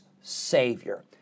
Savior